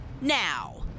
now